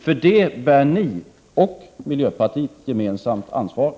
För detta bär ni och miljöpartiet gemensamt ansvaret.